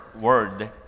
word